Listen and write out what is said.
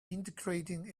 integrating